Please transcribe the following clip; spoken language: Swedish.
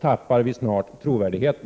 tappar vi snart trovärdigheten.